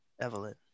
Evelyn